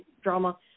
drama